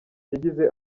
yagize